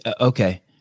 Okay